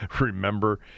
Remember